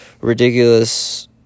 ridiculous